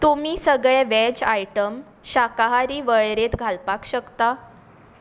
तुमी सगळे veg item शाकाहारी वळेरेंत घालपाक शकता